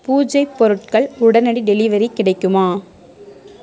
பூஜை பொருட்கள் உடனடி டெலிவரி கிடைக்குமா